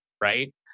right